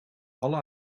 alle